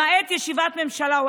למעט ישיבת הממשלה.